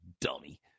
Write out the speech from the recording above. dummy